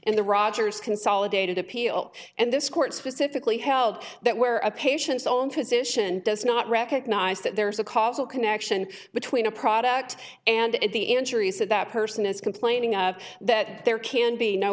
in the rogers consolidated appeal and this court specifically held that where a patient's own physician does not recognize that there is a causal connection between a product and the injuries that that person is complaining of that there can be no